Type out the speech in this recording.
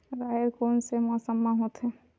राहेर कोन से मौसम म होथे?